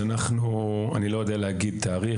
אני לא יודע להגיד תאריך.